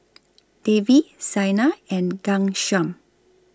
Devi Saina and Ghanshyam